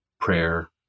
Prayer